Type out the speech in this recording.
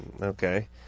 Okay